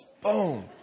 Boom